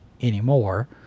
anymore